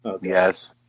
Yes